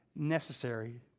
necessary